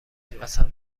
قسم